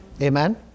Amen